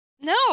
No